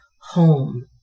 home